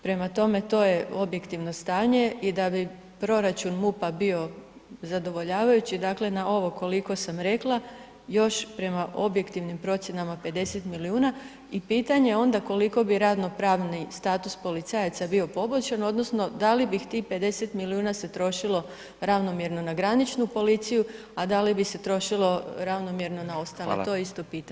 Prema tome, to je objektivno stanje i da bi proračun MUP-a bio zadovoljavajući, dakle, na ovo koliko sam rekla, još prema objektivnim procjenama 50 milijuna i pitanje je onda koliko bi radno pravni status policajaca bio poboljšan odnosno da li bi tih 50 milijuna se trošilo ravnomjerno na graničnu policiju, a da li bi se trošilo ravnomjerno [[Upadica: Hvala]] na ostale, to je isto pitanje.